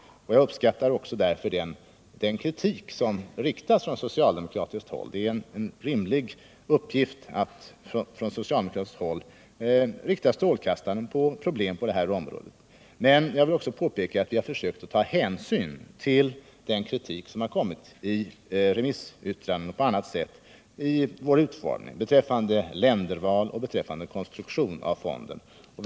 Jag uppskattar därför den kritik som framförts från socialdemokratiskt håll. Det är en rimlig uppgift för socialdemokraterna att rikta strålkastaren på problem på det här området. Men jag vill påpeka att vi vid vår utformning av propositionen har försökt att ta hänsyn till den kritik beträffande länderval och konstruktion av fonden som har kommit i remissyttranden och på annat sätt.